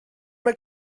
mae